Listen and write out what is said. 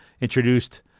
introduced